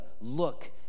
look